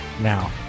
Now